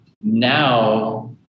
now